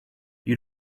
you